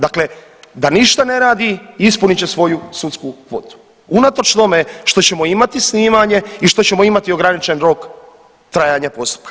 Dakle, da ništa ne radi ispunit će svoju sudsku kvotu unatoč tome što ćemo imati snimanje i što ćemo imati ograničen rok trajanja postupka.